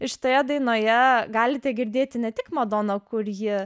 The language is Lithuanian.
šitoje dainoje galite girdėti ne tik madoną kur ji